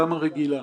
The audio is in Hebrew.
אנחנו לא טייקונים,